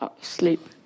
sleep